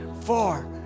four